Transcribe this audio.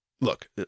Look